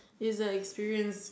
is the experience